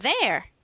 there